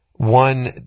one